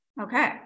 Okay